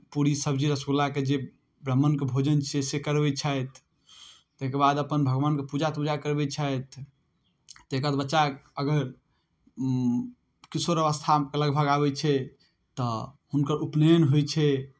पूरी सब्जी रसगुल्लाके जे ब्राह्मणके भोजन छै से करबै छथि ताहिके बाद अपन भगवानके पूजा तूजा करबै छथि ताहिके बाद बच्चा अगर किशोर अवस्थामे लगभग आबै छै तऽ हुनकर उपनयन होइ छै